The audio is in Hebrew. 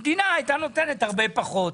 המדינה הייתה נותנת הרבה פחות.